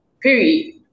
Period